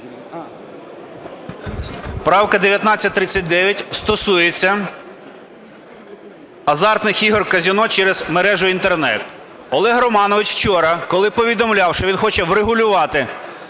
Правка 1939 стосується азартних ігор казино через мережу Інтернет. Олег Романович вчора, коли повідомляв, що він хоче врегулювати